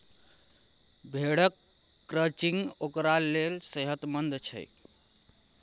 भेड़क क्रचिंग ओकरा लेल सेहतमंद छै